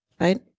right